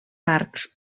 parcs